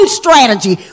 strategy